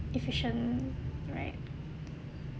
efficient right